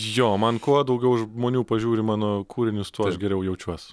jo man kuo daugiau žmonių pažiūri mano kūrinius tuo aš geriau jaučiuos